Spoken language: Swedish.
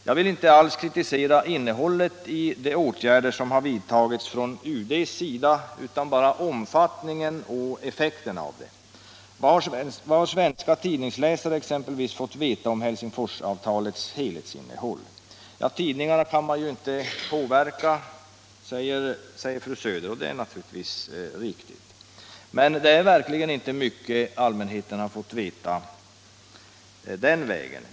Jag vill inte alls kritisera innehållet i de åtgärder som vidtagits äv UD, bara omfattningen och effekten av dem. Vad har svenska tidningsläsare fått veta om Helsingforsavtalets helhetsinnehåll? Ja, tidningarna kan man ju inte påverka, säger fru Söder, och det är naturligtvis riktigt, men det är verkligen inte mycket allmänheten har fått veta den vägen.